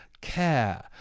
care